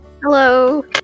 Hello